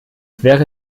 wäre